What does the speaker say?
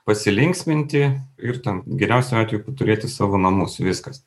pasilinksminti ir ten geriausiu atveju kad turėti savo namus viskas